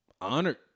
honored